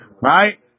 Right